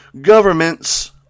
governments